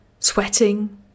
Sweating